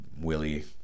Willie